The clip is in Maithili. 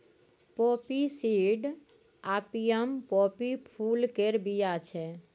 पोपी सीड आपियम पोपी फुल केर बीया छै